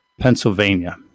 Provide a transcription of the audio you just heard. Pennsylvania